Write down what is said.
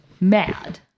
mad